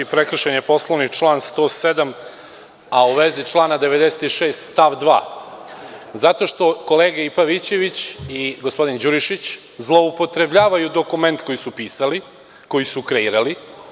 Prekršen je Poslovnik, član 107, a u vezi člana 96. stav 2. zato što kolega Pavićević i gospodin Đurišić zloupotrebljavaju dokument koji su pisali, koji su kreirali.